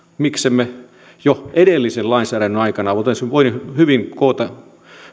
miksi jo edellisen lainsäädännön aikana emme olisi voineet hyvin koota